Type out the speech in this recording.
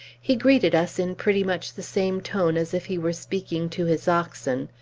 he greeted us in pretty much the same tone as if he were speaking to his oxen,